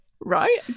right